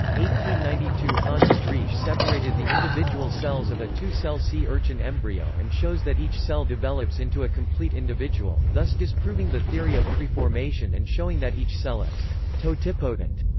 ninety two hans driesch separated the individual cells of a two cell sea urchin embryo and shows that each cell develops into a complete individual, thus disproving the theory of preformation and showing that each cell is totipotent,